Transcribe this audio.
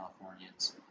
Californians